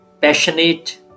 passionate